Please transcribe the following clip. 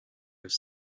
was